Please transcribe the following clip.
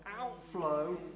outflow